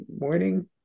morning